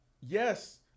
Yes